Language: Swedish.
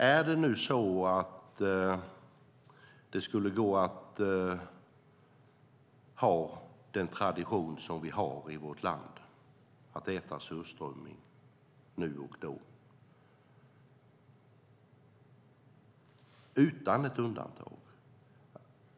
Är det nu så att det skulle gå att ha den tradition som vi har i vårt land att äta surströmming nu och då utan ett undantag?